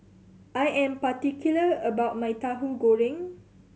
I am particular about my Tahu Goreng